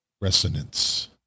resonance